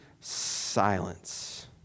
silence